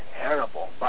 terrible